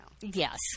Yes